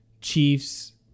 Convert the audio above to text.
Chiefs